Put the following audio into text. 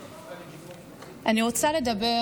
אני רוצה לדבר